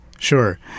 Sure